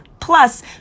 plus